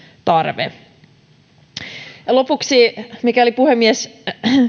tarve lopuksi mikäli puhemies